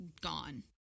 gone